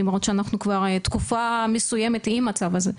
למרות שאנחנו כבר תקופה מסוימת עם המצב הזה.